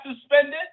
suspended